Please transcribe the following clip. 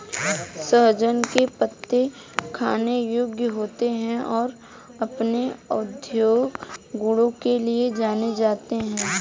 सहजन के पत्ते खाने योग्य होते हैं और अपने औषधीय गुणों के लिए जाने जाते हैं